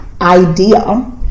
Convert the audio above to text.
idea